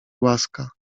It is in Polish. łaska